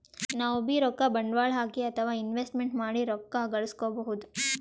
ನಾವ್ಬೀ ರೊಕ್ಕ ಬಂಡ್ವಾಳ್ ಹಾಕಿ ಅಥವಾ ಇನ್ವೆಸ್ಟ್ಮೆಂಟ್ ಮಾಡಿ ರೊಕ್ಕ ಘಳಸ್ಕೊಬಹುದ್